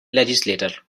legislator